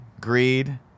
greed